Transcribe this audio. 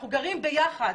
אנחנו גרים ביחד,